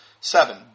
Seven